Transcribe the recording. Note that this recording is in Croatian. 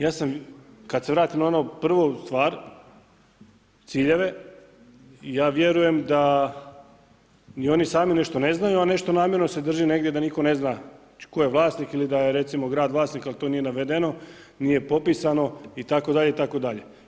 Ja sam kad se vratim na ono prvu stvar, ciljeve, ja vjerujem da ni oni sami nešto ne znaju, a nešto namjerno se drži negdje da nitko ne zna tko je vlasnik ili da je recimo grad vlasnik, ali to nije navedeno, nije popisano itd., itd.